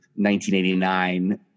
1989